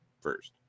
first